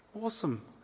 Awesome